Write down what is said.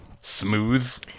Smooth